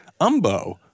Umbo